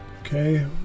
Okay